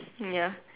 um ya